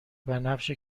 بنفش